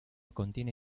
contiene